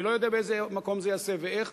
אני לא יודע באיזה מקום זה ייעשה ואיך.